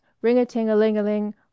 ring-a-ting-a-ling-a-ling